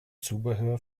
zubehör